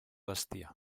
bestiar